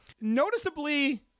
Noticeably